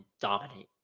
dominate